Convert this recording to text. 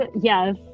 yes